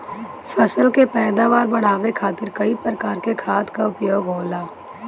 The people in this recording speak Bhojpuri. फसल के पैदावार बढ़ावे खातिर कई प्रकार के खाद कअ उपयोग होला